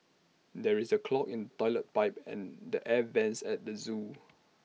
there is A clog in Toilet Pipe and the air Vents at the Zoo